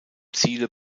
ziele